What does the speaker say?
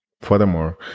Furthermore